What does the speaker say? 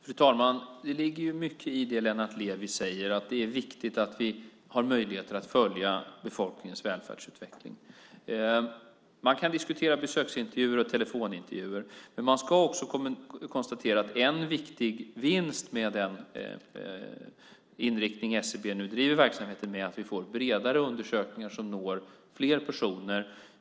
Fru talman! Det ligger mycket i det Lennart Levi säger. Det är viktigt att vi har möjligheter att följa befolkningens välfärdsutveckling. Man kan diskutera besöksintervjuer och telefonintervjuer, men man kan också konstatera att en viktig vinst med den inriktning SCB nu driver verksamheten med är att vi får bredare undersökningar som når fler personer.